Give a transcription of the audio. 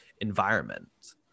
environment